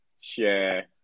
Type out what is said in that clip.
share